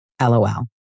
LOL